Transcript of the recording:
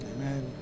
Amen